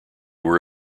were